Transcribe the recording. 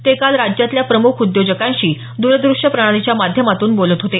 ते काल राज्यातल्या प्रमुख उद्योजकांशी द्रदृष्य प्रणालीच्या माध्यमातून बोलत होते